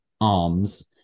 arms